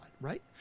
right